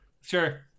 Sure